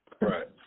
Right